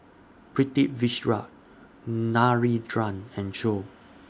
Pritiviraj Narendra and Choor